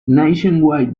nationwide